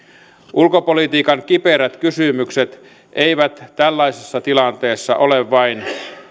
ulkopolitiikan kiperät kysymykset eivät tällaisessa tilanteessa ole vain